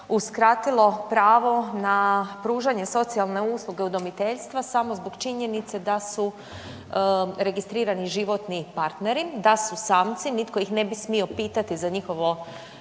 uskratilo pravo na pružanje socijalne usluge udomiteljstva samo zbog činjenice da su registrirani životni partneri, da su samci nitko ih ne bi smio pitati za njihovu